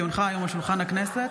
כי הונחה היום על שולחן הכנסת,